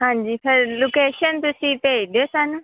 ਹਾਂਜੀ sir location ਤੁਸੀਂ ਭੇਜ ਦਿਓ ਸਾਨੂੰ